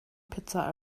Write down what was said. pizza